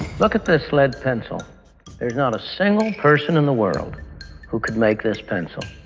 look at this lead pencil not a single person in the world who could make this pencil.